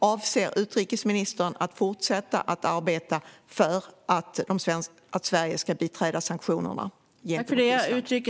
Avser utrikesministern att fortsätta arbeta för att Sverige ska biträda sanktionerna gentemot Ryssland?